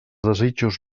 desitjos